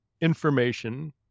information